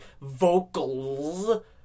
vocals